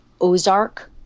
Ozark